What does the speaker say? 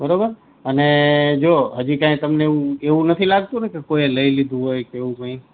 બરોબર અને જો હજી કંઈ તમને એવું નથી લાગતું ને કે કોઈએ લઈ લીધું હોય કે એવું કંઈ